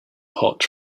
hot